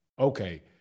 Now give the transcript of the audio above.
okay